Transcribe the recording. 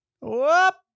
Whoop